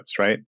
right